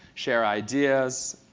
share ideas,